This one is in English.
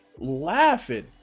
laughing